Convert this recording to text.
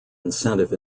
incentive